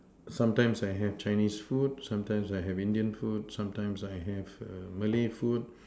sometimes I have Chinese food sometimes I have Indian food sometimes I have err Malay food